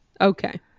Okay